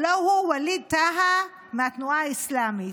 הלוא הוא ווליד טאהא מהתנועה האסלאמית,